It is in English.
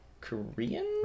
korean